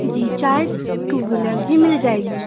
जी चार two wheeler जी मिल जाएगी